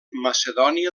macedònia